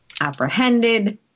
apprehended